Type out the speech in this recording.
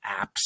apps